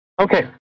Okay